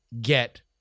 get